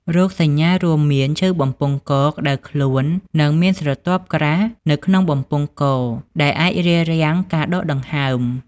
រោគសញ្ញារួមមាន ឈឺបំពង់ក ក្តៅខ្លួន និងមានស្រទាប់ក្រាស់នៅក្នុងបំពង់ក ដែលអាចរារាំងការដកដង្ហើម។